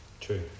true